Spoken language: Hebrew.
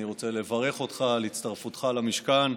אני רוצה לברך אותך על הצטרפותך למשכן.